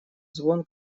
звон